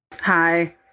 Hi